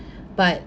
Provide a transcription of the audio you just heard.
but